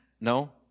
No